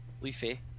Leafy